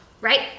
right